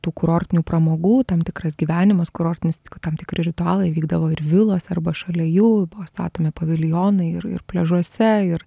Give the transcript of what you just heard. tų kurortinių pramogų tam tikras gyvenimas kurortinis tam tikri ritualai vykdavo ir vilos arba šalia jų buvo statomi paviljonai ir ir pliažuose ir